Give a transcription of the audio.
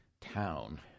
town